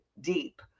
deep